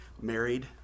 married